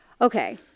Okay